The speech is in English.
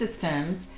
systems